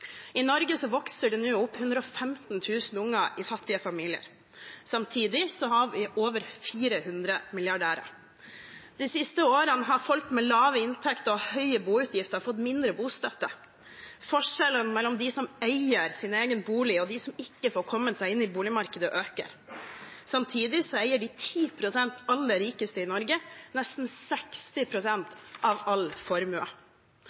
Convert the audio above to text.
I Norge vokser det nå opp 115 000 barn i fattige familier. Samtidig har vi over 400 milliardærer. De siste årene har folk med lave inntekter og høye boutgifter fått mindre bostøtte. Forskjellene mellom dem som eier sin egen bolig, og dem som ikke får kommet seg inn i boligmarkedet, øker. Samtidig eier de 10 pst. aller rikeste i Norge nesten 60 pst. av all formue.